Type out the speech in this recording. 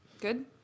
Good